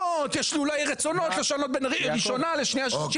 יש אולי רצונות לשנות בין ראשונה לשנייה שלישית,